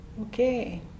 Okay